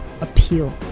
appeal